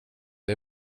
det